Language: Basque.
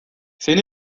zein